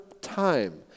time